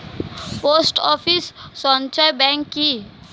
Post office সঞ্চয় bank কি?